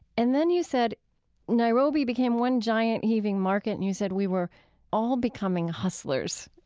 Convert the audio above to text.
and then you said nairobi became one giant heaving market and you said, we were all becoming hustlers.